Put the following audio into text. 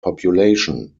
population